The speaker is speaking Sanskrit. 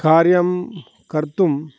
कार्यं कर्तुम्